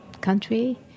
country